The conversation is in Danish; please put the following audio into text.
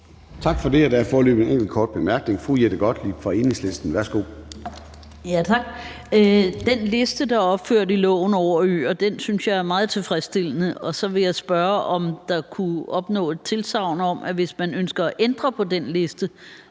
Tak for det. Der er foreløbig en enkelt kort bemærkning. Fru Jette Gottlieb fra Enhedslisten. Værsgo. Kl. 10:34 Jette Gottlieb (EL): Tak. Den liste over øer, der er opført i loven, synes jeg er meget tilfredsstillende. Og så vil jeg spørge, om der kan opnås et tilsagn om, at hvis man ønsker at ændre på den liste,